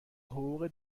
حقوق